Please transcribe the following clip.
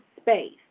space